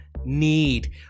need